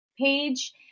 Page